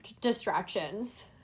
Distractions